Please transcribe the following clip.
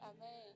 Amen